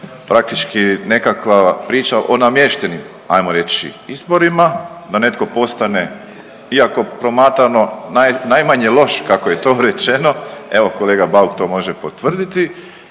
praktički nekakva priča o namještenim, ajmo reći, izborima, da netko postane, iako promatrano najmanje loš, kako je to rečeno, evo, kolega Bauk to može potvrditi